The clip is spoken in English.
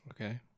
Okay